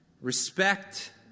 respect